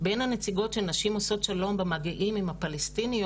בין הנציגות של נשים עושות שלום במגעים עם הפלסטיניות,